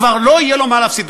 כבר לא יהיה לו מה להפסיד.